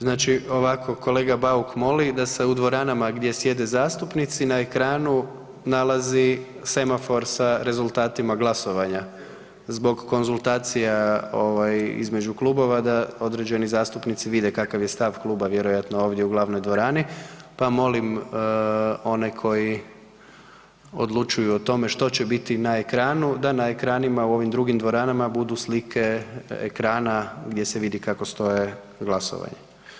Znači ovako, kolega Bauk moli da se u dvoranama gdje sjede zastupnici na ekranu nalazi semafor sa rezultatima glasovanja zbog konzultacija ovaj između klubova da određeni zastupnici vide kakav je stav kluba vjerojatno ovdje u glavnoj dvorani, pa molim one koji odlučuju o tome što će biti na ekranu da na ekranima u ovim drugim dvoranama budu slike ekrana gdje se vidi kako stoje glasovanje.